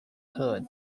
特急